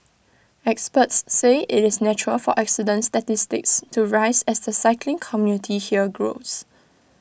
experts say IT is natural for accidents statistics to rise as the cycling community here grows